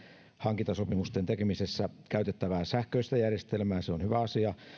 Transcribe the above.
hankintasopimusten tekemisessä käytettävää sähköistä järjestelmää asia